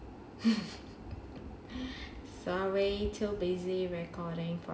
sorry too busy recording for money